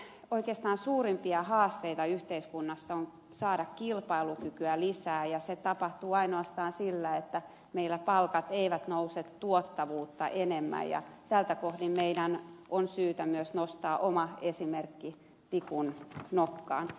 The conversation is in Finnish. meidän oikeastaan suurimpia haasteitamme yhteiskunnassa on saada kilpailukykyä lisää ja se tapahtuu ainoastaan sillä että meillä palkat eivät nouse tuottavuutta enemmän ja tältä kohdin meidän on syytä myös nostaa oma esimerkki tikun nokkaan